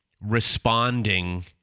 responding